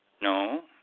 No